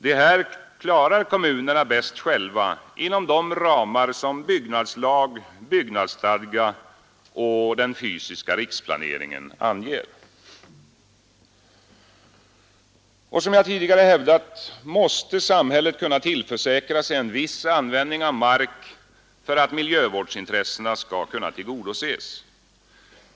Det här klarar kommunerna bäst själva inom de ramar som byggnadslag, byggnadsstadga och den fysiska riksplaneringen anger. Som jag tidigare hävdat måste samhället kunna tillförsäkra sig en viss användning av mark för att miljövårdsintressena skall kunna tillgodoses.